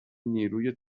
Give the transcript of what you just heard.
نیروی